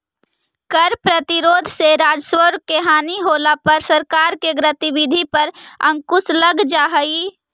कर प्रतिरोध से राजस्व के हानि होला पर सरकार के गतिविधि पर अंकुश लग जा हई